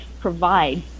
provide